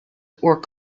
were